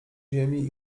ziemi